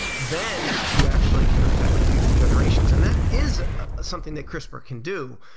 then you actually can affect future generations. and that is something that crispr can do.